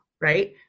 right